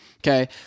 Okay